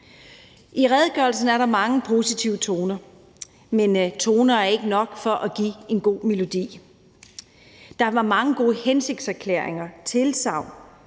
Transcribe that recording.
I redegørelsen er der mange positive toner, men toner er ikke nok for at give en god melodi. Der er mange gode hensigtserklæringer, tilsagn.